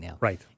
right